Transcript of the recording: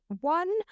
one